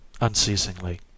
unceasingly